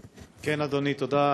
כן, אדוני, תודה.